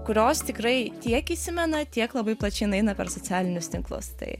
kurios tikrai tiek įsimena tiek labai plačiai eina per socialinius tinklus tai